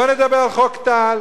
בואו נדבר על חוק טל.